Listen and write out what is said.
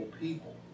people